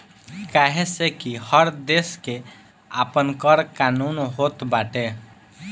काहे से कि हर देस के आपन कर कानून होत बाटे